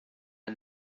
der